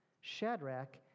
Shadrach